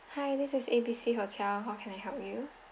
hi this is A B C hotel how can I help you